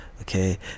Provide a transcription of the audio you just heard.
Okay